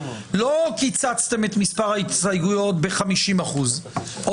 לא קיצצתם את מספר ההסתייגויות ב-50% או